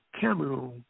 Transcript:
Cameroon